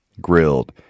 Grilled